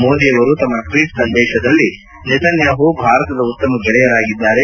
ಮೋದಿ ಅವರು ತಮ್ಮ ಟ್ವೀಟ್ ಸಂದೇಶದಲ್ಲಿ ನೇತನ್ನಾಮ ಭಾರತದ ಉತ್ತಮ ಗೆಳಯರಾಗಿದ್ದಾರೆ